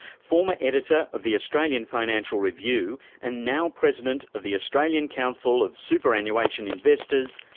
former editor of the australian financial review and now president of the australian council of superannuation investors,